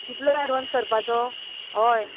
कितलो एडवान्स करपाचो हय